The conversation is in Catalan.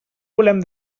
volem